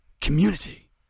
community